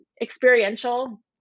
experiential